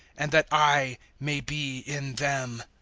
and that i may be in them.